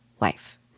life